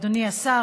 אדוני השר,